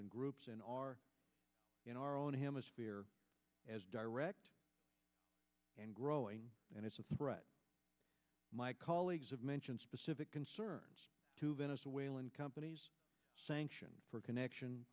and groups in our in our own hemisphere as direct and growing and it's a threat my colleagues have mentioned specific concerns to venezuelan companies sanction for connection